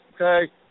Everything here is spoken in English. okay